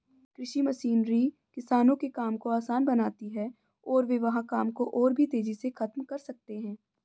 कृषि मशीनरी किसानों के काम को आसान बनाती है और वे वहां काम को और भी तेजी से खत्म कर सकते हैं